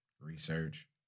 research